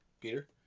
Peter